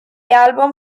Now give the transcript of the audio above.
album